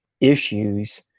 issues